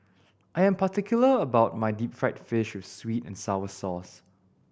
I am particular about my deep fried fish with sweet and sour sauce